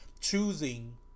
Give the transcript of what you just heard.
choosing